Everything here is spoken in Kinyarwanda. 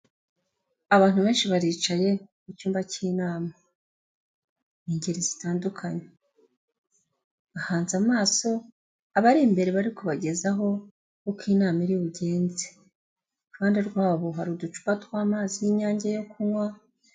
Abantu benshi baricaye mu cyumba k'inama ingeri zitandukany,e bahanze amaso abari imbere bari kubagezaho uko inama iri bugenze, iruhande rwabo hari uducupa tw'amazi y'inyange yo kunywa.